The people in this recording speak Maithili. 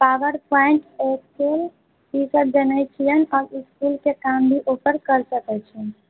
पावर पोईंट एक्सेल ईसभ जनैत छियनि तब इस्कुलके काम भी ओहिपर करि सकैत छियनि